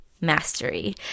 mastery